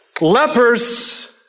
lepers